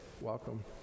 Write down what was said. Welcome